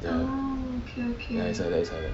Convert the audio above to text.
ya is like that is like that